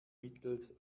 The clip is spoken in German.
mittels